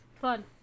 Fun